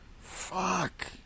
Fuck